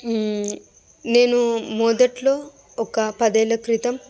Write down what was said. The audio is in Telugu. నేను మొదట్లో ఒక పదేళ్ళ క్రితం